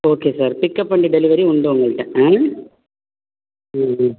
okay sir pickup and delivery உண்டு உங்கள்கிட்ட ஆ ம் ம்